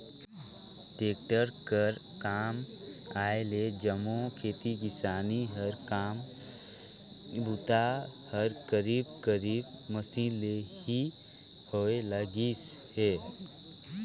tractor कर आए ले जम्मो खेती किसानी कर काम बूता हर करीब करीब मसीन ले ही होए लगिस अहे